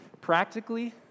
Practically